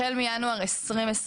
החל מינואר 2020,